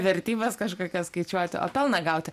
vertybes kažkokias skaičiuoti o pelną gauti